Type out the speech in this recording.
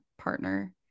partner